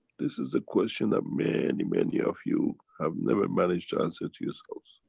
this is the question that many, many of you, have never managed to answer to yourselves.